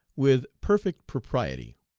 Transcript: with perfect propriety.